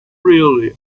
really